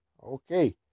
okay